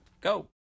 Go